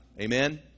Amen